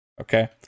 Okay